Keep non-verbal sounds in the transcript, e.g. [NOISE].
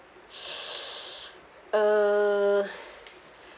[BREATH] uh